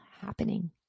happening